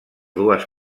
dues